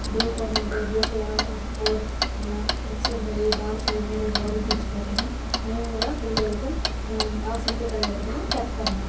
group one ఉంటాయి group ఫో four అలా బుక్స్ ఉంటాయి బాగా చదివి మీరు జాబ్లు తెచ్చుకోవచ్చని మేము కూడా పిల్లలకు ఆసక్తి కలిగేటట్టుగా చెప్తాము